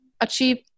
achieve